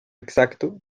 exacto